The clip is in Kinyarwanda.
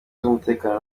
z’umutekano